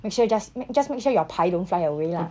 make sure you just ma~ just make sure your 牌 don't fly away lah